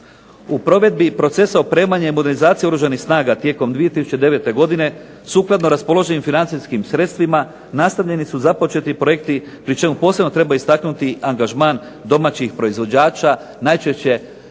U provedi procesa opremanja i modernizacije Oružanih snaga tijekom 2009. godine sukladno raspoloženim financijskim sredstvima nastavljeni su započeti projekti pri čemu posebno treba istaknuti angažman domaćih proizvođača. Najčešće